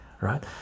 right